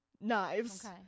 knives